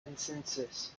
consensus